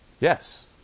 Yes